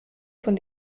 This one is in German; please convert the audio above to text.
von